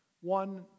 one